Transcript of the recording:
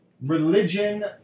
Religion